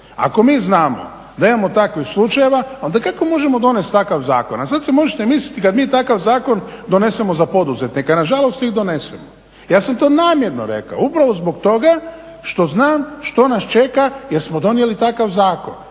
Ako mi znamo da imamo takvih slučajeva, onda kako možemo donest takav zakon. A sad se možete misliti kad mi takav zakon donesemo za poduzetnike, a na žalost ih donesemo. Ja sam to namjerno rekao upravo zbog toga što znam što nas čeka jer smo donijeli takav zakon.